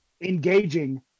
engaging